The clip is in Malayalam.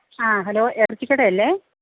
ആ ഹലോ ഇറച്ചിക്കട അല്ലേ